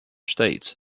states